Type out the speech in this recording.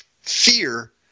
Fear